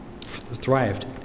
thrived